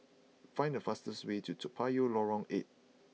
find the fastest way to Toa Payoh Lorong Eight